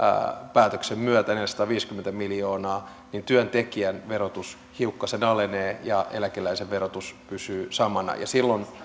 päätöksen myötä neljäsataaviisikymmentä miljoonaa työntekijän verotus hiukkasen alenee ja eläkeläisen verotus pysyy samana silloin